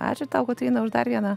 ačiū tau kotryna už dar vieną